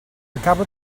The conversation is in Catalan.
acabo